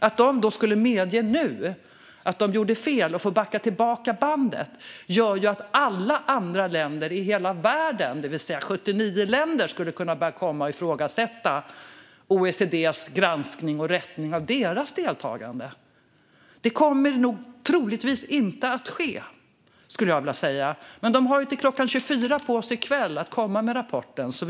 Om de nu skulle medge att de har gjort fel och måste backa tillbaka bandet skulle det göra att alla andra 79 länder kan komma att ifrågasätta OECD:s granskning och rättning av deras prov. Detta kommer troligtvis inte att ske. Men de har ju på sig till kl. 24 i kväll att komma med en sådan rapport.